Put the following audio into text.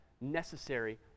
necessary